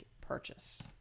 purchase